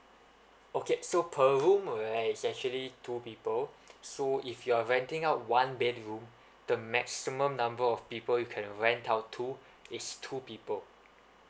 okay so per room right is actually two people so if you are renting out one bedroom the maximum number of people you can rent out to is two people